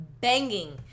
banging